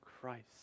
Christ